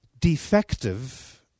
defective